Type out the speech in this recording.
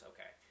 Okay